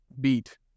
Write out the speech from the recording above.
beat